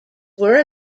were